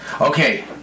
Okay